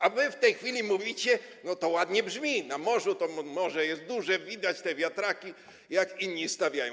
A wy w tej chwili mówicie, to ładnie brzmi, na morzu, to morze jest duże, widać te wiatraki, jak inni stawiają.